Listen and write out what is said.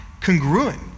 congruent